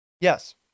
yes